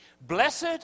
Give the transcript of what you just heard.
Blessed